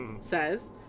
says